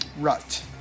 Rut